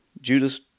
Judas